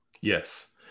Yes